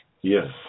Yes